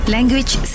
Language